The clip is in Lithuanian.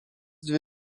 dvi